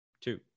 two